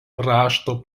rašto